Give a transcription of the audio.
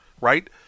right